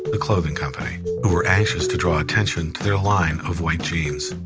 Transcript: the clothing company, who were anxious to draw attention to their line of white jeans.